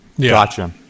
Gotcha